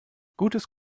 gutes